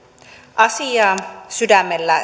asiaa sydämellä